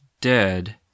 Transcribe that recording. Dead